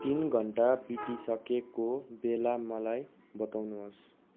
तिन घन्टा बितिसकेको बेला मलाई बताउनुहोस्